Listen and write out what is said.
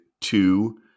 Two